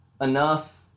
enough